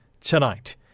tonight